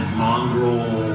mongrel